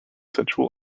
sensual